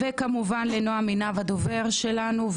וכמובן לנועם עינב הדובר שלנו,